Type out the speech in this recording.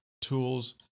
tools